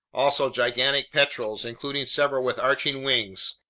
also gigantic petrels including several with arching wings,